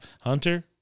Hunter